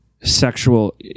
sexual